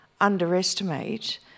underestimate